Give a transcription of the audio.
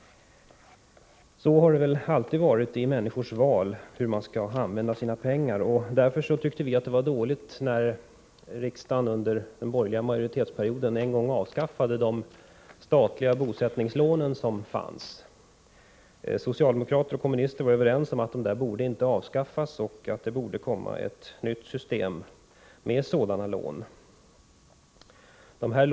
Så har det väl alltid varit i människors val av hur de skall använda sina pengar. Därför tyckte vi att det var dåligt att riksdagen under den borgerliga majoritetsperioden avskaffade de statliga bosättningslånen. Socialdemokrater och kommunister var överens om att dessa lån inte borde ha avskaffats och att ett nytt system med sådana lån borde införas.